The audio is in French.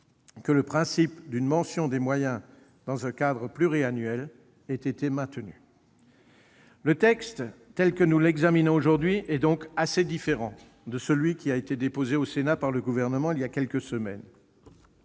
que le principe d'une mention des moyens dans un cadre pluriannuel ait été maintenu. Le texte tel que nous l'examinons aujourd'hui est donc assez différent de celui qui a été déposé au Sénat par le Gouvernement voilà quelques semaines.